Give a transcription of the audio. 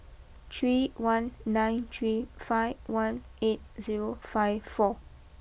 three one nine three five one eight zero five four